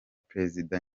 prezida